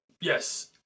yes